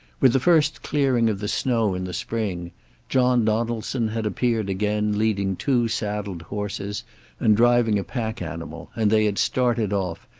with the first clearing of the snow in the spring john donaldson had appeared again, leading two saddled horses and driving a pack animal, and they had started off,